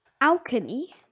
Alchemy